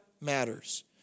matters